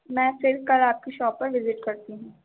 میں پھر کل آپ کی شاپ پر وزٹ کرتی ہوں